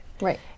Right